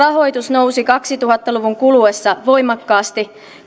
nousi kaksituhatta luvun kuluessa voimakkaasti